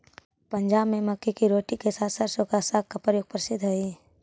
पंजाब में मक्के की रोटी के साथ सरसों का साग का प्रयोग प्रसिद्ध हई